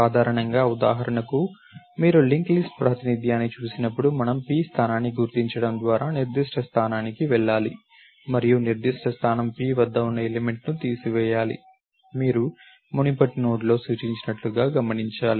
సాధారణంగా ఉదాహరణకు మీరు లింక్ లిస్ట్ ప్రాతినిధ్యాన్ని చూసినప్పుడు మనము p స్థానాన్ని గుర్తించడం ద్వారా నిర్దిష్ట స్థానానికి వెళ్లాలి మరియు నిర్దిష్ట స్థానం p వద్ద ఉన్న ఎలిమెంట్ ని తీసివేయాలి మీరు మునుపటి నోడ్లో సూచించినట్లు గమనించాలి